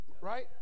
Right